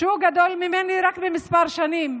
שהוא גדול ממני רק בכמה שנים,